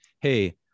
hey